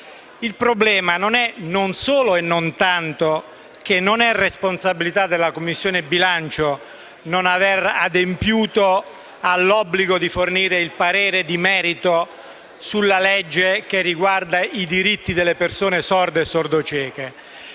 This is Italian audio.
il problema è non solo e non tanto che non è responsabilità della Commissione bilancio non avere adempiuto all’obbligo di fornire il parere di merito sulla legge che riguarda i diritti delle persone sorde e sordocieche.